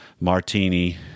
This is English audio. martini